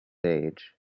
age